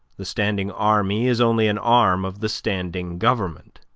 the standing army is only an arm of the standing government.